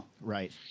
Right